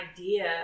idea